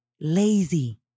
lazy